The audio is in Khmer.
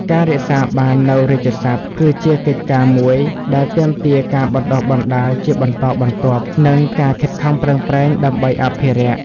ការរក្សាបាននូវរាជសព្ទ គឺជាកិច្ចការមួយដែលទាមទារការបណ្តុះបណ្តាលជាបន្តបន្ទាប់ និងការខិតខំប្រឹងប្រែងដើម្បីអភិរក្ស។